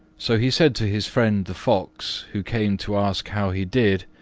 so he said to his friend the fox, who came to ask how he did,